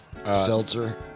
Seltzer